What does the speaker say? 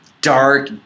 dark